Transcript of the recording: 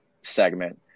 segment